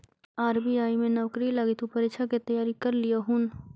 RBI में नौकरी लागी तु परीक्षा के तैयारी कर लियहून